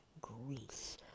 Greece